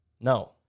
No